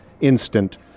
instant